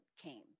came